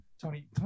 Tony